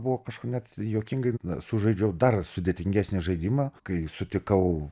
buvo kažkur net juokingai sužaidžiau dar sudėtingesnį žaidimą kai sutikau